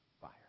fire